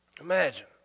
Imagine